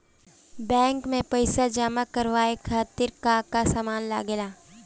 Bank में पईसा जमा करवाये खातिर का का सामान लगेला?